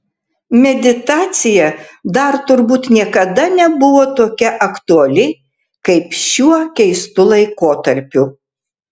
meditacija dar turbūt niekada nebuvo tokia aktuali kaip šiuo keistu laikotarpiu